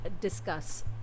discuss